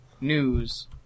news